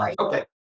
Okay